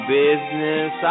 business